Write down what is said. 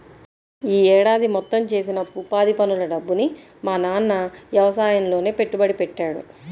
యీ ఏడాది మొత్తం చేసిన ఉపాధి పనుల డబ్బుని మా నాన్న యవసాయంలోనే పెట్టుబడి పెట్టాడు